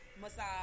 massage